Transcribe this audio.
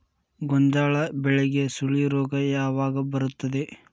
ಗೋಂಜಾಳ ಬೆಳೆಗೆ ಸುಳಿ ರೋಗ ಯಾವಾಗ ಬರುತ್ತದೆ?